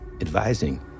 advising